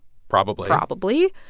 probably probably.